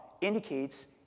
indicates